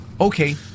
Okay